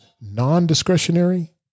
non-discretionary